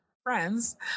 friends